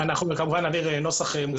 אנחנו כמובן נעביר נוסח מוסכם.